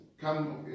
Come